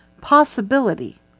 possibility